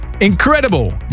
Incredible